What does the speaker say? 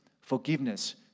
forgiveness